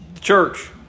church